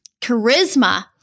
charisma